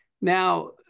Now